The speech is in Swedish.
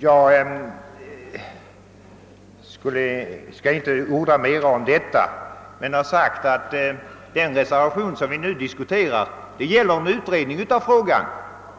Jag skall inte orda mera om detta utan vill sluta med att säga att den reservation som vi nu diskuterar tar sikte på en utredning av frågan.